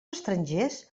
estrangers